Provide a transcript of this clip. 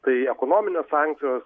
tai ekonominės sankcijos